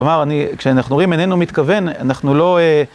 כלומר, אני, כשאנחנו רואים איננו מתכוון, אנחנו לא...